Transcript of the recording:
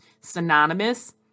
synonymous